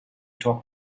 talk